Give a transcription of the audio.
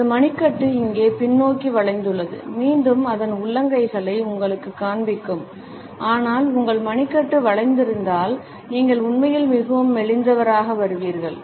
அவரது மணிக்கட்டு இங்கே பின்னோக்கி வளைந்துள்ளது மீண்டும் அதன் உள்ளங்கைகளை உங்களுக்கு காண்பிக்கும் ஆனால் உங்கள் மணிக்கட்டு வளைந்திருந்தால் நீங்கள் உண்மையில் மிகவும் மெலிந்தவராக வருவீர்கள்